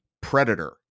predator